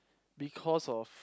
because of